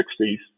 1960s